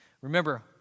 Remember